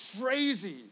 crazy